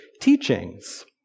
teachings